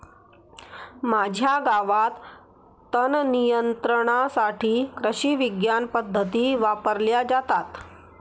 माझ्या गावात तणनियंत्रणासाठी कृषिविज्ञान पद्धती वापरल्या जातात